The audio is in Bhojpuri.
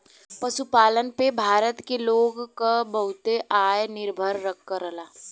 पशुपालन पे भारत के लोग क बहुते आय निर्भर करला